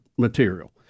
Material